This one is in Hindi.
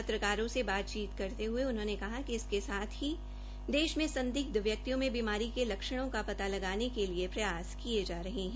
पत्रकारों से बातचीत करते हुए उन्होंने कहा कि इसके साथ ही देश में संदिग्ध व्यक्तियों में बीमारी के लक्षणों का पता लगाने के लिए प्रयास किए जा रहे हैं